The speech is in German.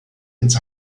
ins